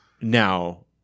Now